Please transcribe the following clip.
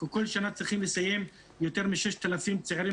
כל שנה צריכים לסיים יותר מ-6,000 צעירים